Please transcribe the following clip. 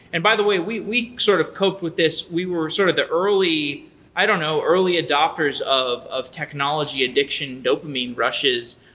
and by the way, we we sort of cope with this. we were sort of the early i don't know, early adapters of of technology addiction dopamine rushes.